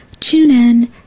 TuneIn